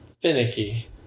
finicky